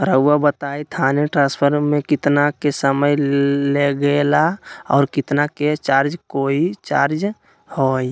रहुआ बताएं थाने ट्रांसफर में कितना के समय लेगेला और कितना के चार्ज कोई चार्ज होई?